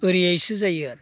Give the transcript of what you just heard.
ओरैहायसो जायो आरो